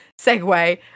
segue